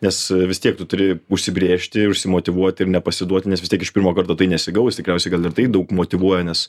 nes vis tiek tu turi užsibrėžti užsimotyvuoti ir nepasiduot nes vis tiek iš pirmo karto tai nesigaus tikriausiai gal ir tai daug motyvuoja nes